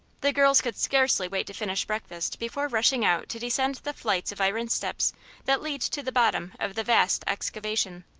the girls could scarcely wait to finish breakfast before rushing out to descend the flights of iron steps that lead to the bottom of the vast excavation.